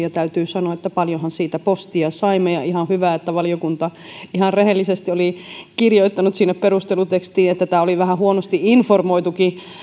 ja täytyy sanoa että paljonhan siitä postia saimme ja ihan hyvä että valiokunta ihan rehellisesti oli kirjoittanut sinne perustelutekstiin että tämä oli vähän huonosti informoitukin